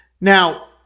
Now